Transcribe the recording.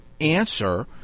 answer